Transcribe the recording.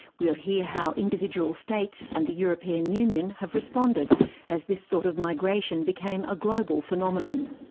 we'll hear how individual states and the european union have responded as this sort of migration became a global phenomenon.